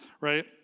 right